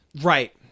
right